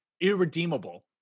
irredeemable